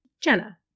Jenna